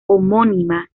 homónima